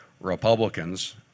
Republicans